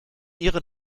ihren